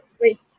Wait